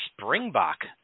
Springbok